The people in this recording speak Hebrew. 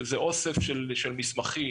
שזה אוסף של מסמכים,